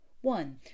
One